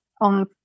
on